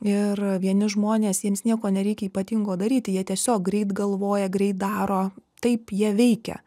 ir vieni žmonės jiems nieko nereikia ypatingo daryti jie tiesiog greit galvoja greit daro taip jie veikia